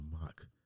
mock